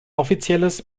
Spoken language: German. offizielles